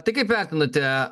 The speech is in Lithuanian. tai kaip vertinate